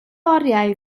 oriau